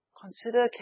consider